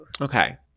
Okay